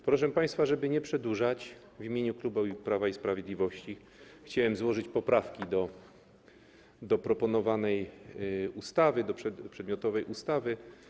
Proszę państwa, żeby nie przedłużać, w imieniu klubu Prawa i Sprawiedliwości chciałem złożyć poprawki do proponowanej ustawy, do przedmiotowej ustawy.